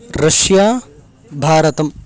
Russia भारतम्